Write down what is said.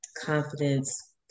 confidence